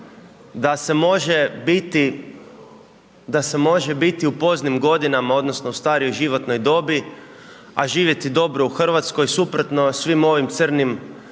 da se može biti u poznim godinama, odnosno, u starijem životnoj dobi, a živjeti dobro u Hrvatskoj, suprotno svim ovim crnim prognozama